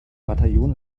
bataillon